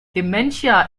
dementia